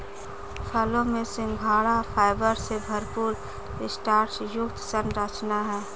फलों में सिंघाड़ा फाइबर से भरपूर स्टार्च युक्त संरचना है